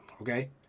okay